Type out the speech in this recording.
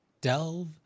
Delve